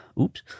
Oops